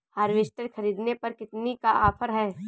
Harvester ख़रीदने पर कितनी का ऑफर है?